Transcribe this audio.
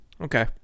Okay